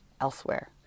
elsewhere